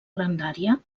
grandària